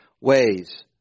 ways